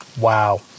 wow